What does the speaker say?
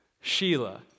Sheila